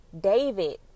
David